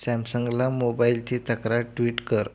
सॅमसंगला मोबाईलची तक्रार ट्विट कर